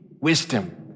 wisdom